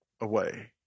away